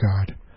God